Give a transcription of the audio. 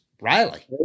Riley